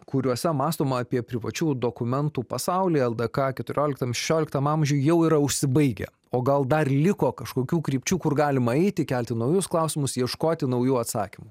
kuriuose mąstoma apie privačių dokumentų pasaulį ldk keturioliktam šešioliktam amžiuj jau yra užsibaigia o gal dar liko kažkokių krypčių kur galima eiti kelti naujus klausimus ieškoti naujų atsakymų